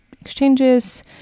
exchanges